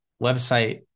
website